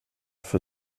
för